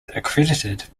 accredited